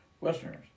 Westerners